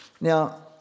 Now